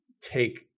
take